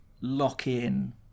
lock-in